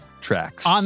Tracks